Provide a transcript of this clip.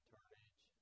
Turnage